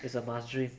is a must drink